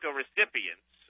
recipients